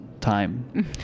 time